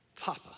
Papa